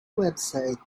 website